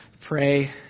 pray